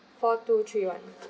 four two three one